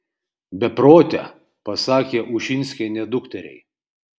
beprote pasakė ušinskienė dukteriai